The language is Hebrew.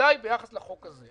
בוודאי ביחס לחוק הזה.